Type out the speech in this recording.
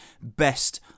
best